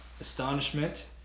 astonishment